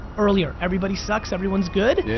earlier everybody sucks, everyone's good,